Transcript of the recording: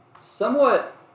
somewhat